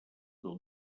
del